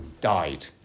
died